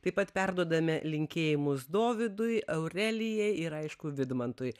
taip pat perduodame linkėjimus dovydui aurelijai ir aišku vidmantui